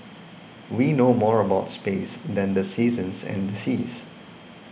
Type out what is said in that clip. we know more about space than the seasons and the seas